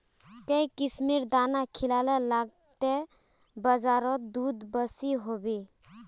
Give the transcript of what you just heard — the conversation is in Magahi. काई किसम दाना खिलाले लगते बजारोत दूध बासी होवे?